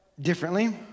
differently